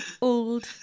old